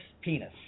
penis